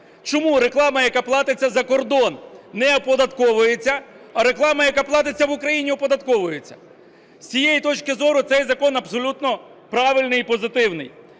Чому реклама, яка платиться за кордон, не оподатковується, а реклама, яка платиться в Україні, оподатковується? З цієї точки зору, цей закон абсолютно правильний і позитивний.